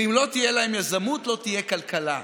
ואם לא תהיה להן יזמות לא תהיה כלכלה.